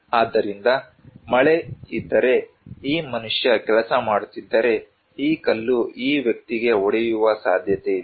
ಆದ್ದರಿಂದ ಮಳೆ ಇದ್ದರೆ ಈ ಮನುಷ್ಯ ಕೆಲಸ ಮಾಡುತ್ತಿದ್ದರೆ ಈ ಕಲ್ಲು ಈ ವ್ಯಕ್ತಿಗೆ ಹೊಡೆಯುವ ಸಾಧ್ಯತೆಯಿದೆ